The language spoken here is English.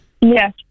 Yes